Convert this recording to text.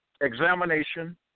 examination